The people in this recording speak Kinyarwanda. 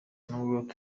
n’ubwo